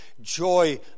joy